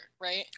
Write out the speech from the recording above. right